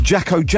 Jacko